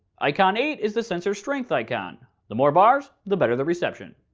icon eight is the sensor strength icon. the more bars, the better the reception.